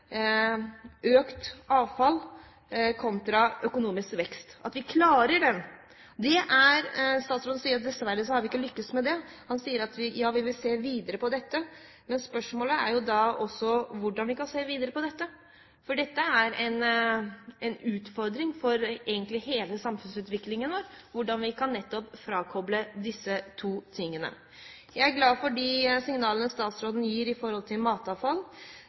økt avfall fra økonomisk vekst. Statsråden sier at de dessverre ikke har lyktes med det, og at de vil se videre på det. Men spørsmålet er hvordan vi kan se videre på det, for dette er en utfordring som gjelder hele samfunnsutviklingen vår – hvordan vi kan koble disse to tingene fra hverandre. Jeg er glad for de signalene statsråden gir når det gjelder matavfall.